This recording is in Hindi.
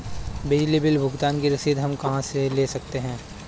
बिजली बिल भुगतान की रसीद हम कहां से ले सकते हैं?